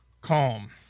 calm